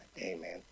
Amen